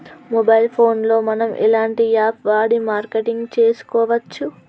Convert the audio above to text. Mobile phone లో మనం ఎలాంటి యాప్ వాడి మార్కెటింగ్ తెలుసుకోవచ్చు?